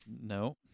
No